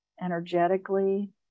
energetically